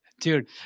Dude